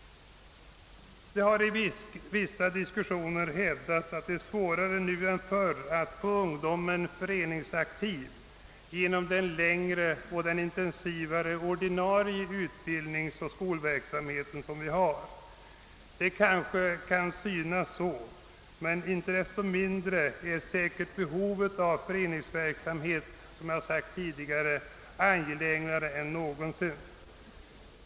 Det har i vissa diskussioner hävdats att det är svårare nu än tidigare att få ungdomen föreningsaktiv på grund av den längre och intensivare ordinarie utbildningen genom den skolverksamhet som vi har. Det kanske kan synas så, men inte desto mindre är säkerligen behovet av föreningsverksamhet, såsom jag sagt tidigare, angelägnare än någonsin.